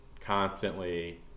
constantly